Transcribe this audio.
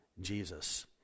Jesus